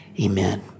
Amen